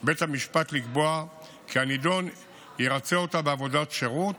בית המשפט לקבוע כי הנידון ירצה אותה בעבודות שירות,